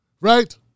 right